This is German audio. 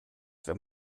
wenn